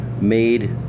made